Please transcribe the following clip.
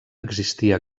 existia